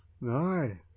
No